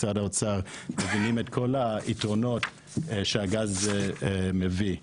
משרד האוצר מבינים את כל היתרונות שהגז מביא.